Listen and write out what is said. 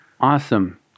awesome